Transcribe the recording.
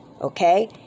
Okay